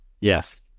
Yes